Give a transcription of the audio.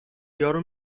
یارو